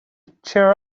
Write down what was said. cheer